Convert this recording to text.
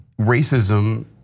racism